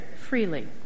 freely